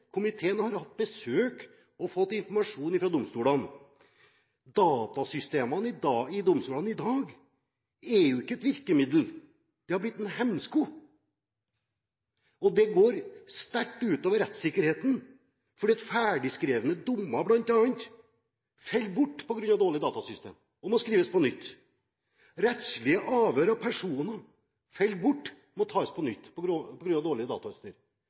fått informasjon fra domstolene – at datasystemene i domstolene i dag er ikke et virkemiddel, de har blitt en hemsko, og det går sterkt ut over rettssikkerheten fordi bl.a. ferdigskrevne dommer faller bort og må skrives på nytt på grunn av dårlige datasystemer. Rettslige avhør av personer faller bort og må tas på nytt på grunn av dårlig datautstyr.